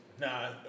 Nah